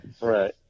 Right